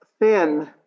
thin